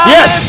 Yes